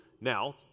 now